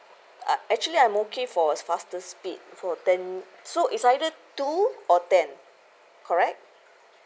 ah actually I'm okay for a faster speed for ten so it's either two or ten correct